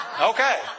Okay